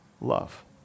love